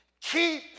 keep